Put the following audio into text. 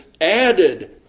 added